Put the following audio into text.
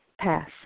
Pass